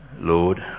Lord